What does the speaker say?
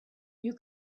you